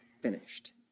finished